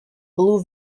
blue